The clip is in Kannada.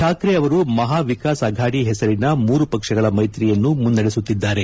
ಠಾಕ್ರೆ ಅವರು ಮಹಾ ವಿಕಾಸ್ ಅಘಡಿ ಹೆಸರಿನ ಮೂರು ಪಕ್ಷಗಳ ಮೈತ್ರಿಯನ್ನು ಮುನ್ನಡೆಸುತ್ತಿದ್ದಾರೆ